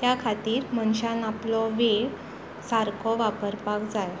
त्या खातीर मनशान आपलो वेळ सारको वापरपाक जाय